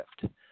shift